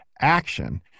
action